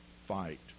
fight